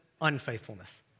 unfaithfulness